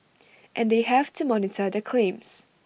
and they have to monitor the claims